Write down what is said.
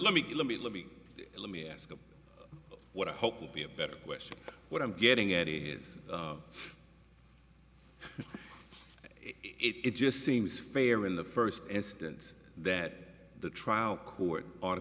let me let me let me let me ask you what i hope would be a better question what i'm getting at is it just seems fair in the first instance that the trial court ought to